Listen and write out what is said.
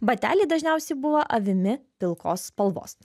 bateliai dažniausiai buvo avimi pilkos spalvos